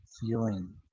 feeling